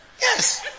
Yes